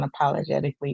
unapologetically